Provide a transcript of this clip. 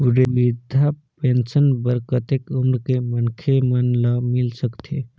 वृद्धा पेंशन बर कतेक उम्र के मनखे मन ल मिल सकथे?